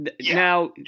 now